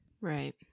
right